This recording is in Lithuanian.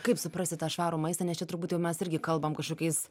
kaip suprasti tą švarų maistą nes čia turbūt mes irgi kalbam kažkokiais